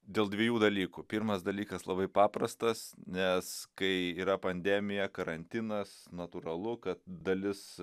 dėl dviejų dalykų pirmas dalykas labai paprastas nes kai yra pandemija karantinas natūralu kad dalis